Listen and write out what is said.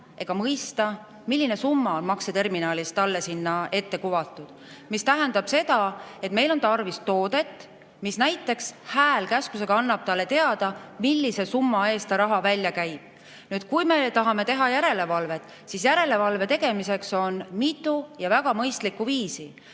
ega mõista, milline summa on makseterminalis talle ette kuvatud. See tähendab seda, et meil on tarvis toodet, mis näiteks häälkäsklusega annab talle teada, millise summa eest ta raha välja käib. Aga kui me tahame teha järelevalvet, siis selle tegemiseks on mitu väga mõistlikku viisi.